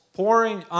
pouring